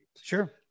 Sure